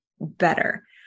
better